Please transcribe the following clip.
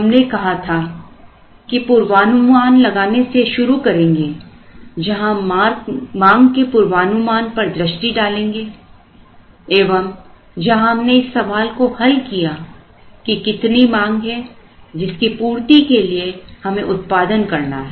हमने कहा था कि पूर्वानुमान लगाने से शुरू करेंगे जहां हम मांग के पूर्वानुमान पर दृष्टि डालेंगे एवं जहां हमने इस सवाल को हल किया कि कितनी मांग है जिसकी पूर्ति के लिए हमें उत्पादन करना है